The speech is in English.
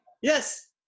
Yes